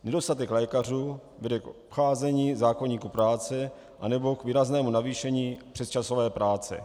Nedostatek lékařů vede k obcházení zákoníku práce nebo k výraznému navýšení přesčasové práce.